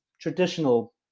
traditional